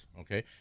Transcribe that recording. okay